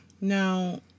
now